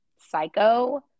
psycho